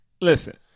listen